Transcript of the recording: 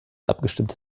abgestimmte